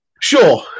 Sure